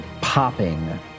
popping